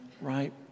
right